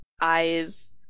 eyes